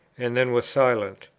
and then was silent,